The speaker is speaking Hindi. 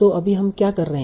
तो अभी हम क्या कर रहे हैं